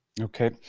Okay